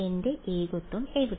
എന്റെ ഏകത്വം എവിടെ